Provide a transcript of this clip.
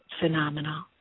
phenomenal